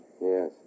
Yes